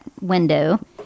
window